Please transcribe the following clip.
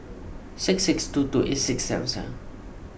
six six two two eight six seven seven